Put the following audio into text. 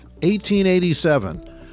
1887